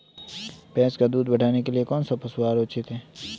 भैंस का दूध बढ़ाने के लिए कौनसा पशु आहार उचित है?